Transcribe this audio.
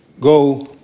go